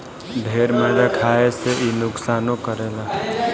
ढेर मैदा खाए से इ नुकसानो करेला